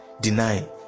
Deny